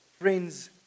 friends